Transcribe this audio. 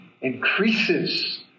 increases